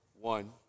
One